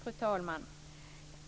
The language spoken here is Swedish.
Fru talman!